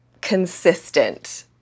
consistent